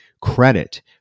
credit